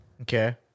Okay